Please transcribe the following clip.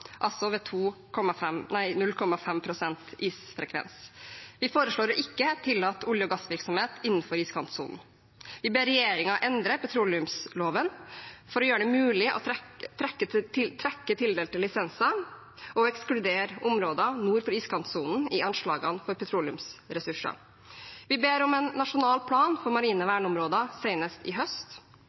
altså ved 0,5 pst. isfrekvens. Vi foreslår å ikke tillate olje- og gassvirksomhet innenfor iskantsonen. Vi ber regjeringen endre petroleumsloven for å gjøre det mulig å trekke tildelte lisenser og ekskludere områder nord for iskantsonen i anslagene for petroleumsressurser. Vi ber om en nasjonal plan for marine verneområder senest i høst,